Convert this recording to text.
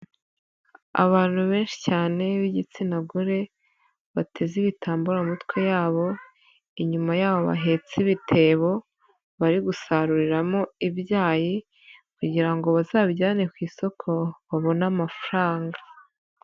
Abantu benshi cyane b'igitsina gore bateze ibitambaro mu mitwe yabo, inyuma yabo bahetse ibitebo bari gusaruriramo ibyayi kugira ngo bazabijyane ku isoko babone amafaranga.